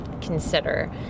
consider